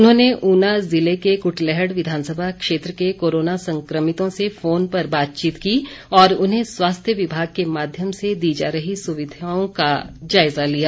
उन्होंने ऊना ज़िले के कुटलैहड़ विधानसभा क्षेत्र के कारोना संक्रमितों से फोन पर बातचीत की और उन्हें स्वास्थ्य विभाग के माध्यम से दी जा रही सुविधाओं का जायजा लिया